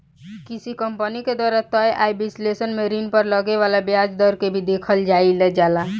किसी कंपनी के द्वारा तय आय विश्लेषण में ऋण पर लगे वाला ब्याज दर के भी देखल जाइल जाला